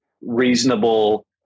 reasonable